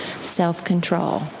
self-control